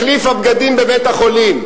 החליפה בגדים בבית-החולים,